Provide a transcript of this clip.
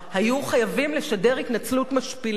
היו חייבים לשדר התנצלות משפילה,